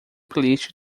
playlist